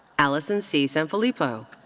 allison c. sanphillipo.